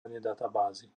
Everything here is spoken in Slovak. databázy